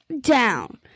down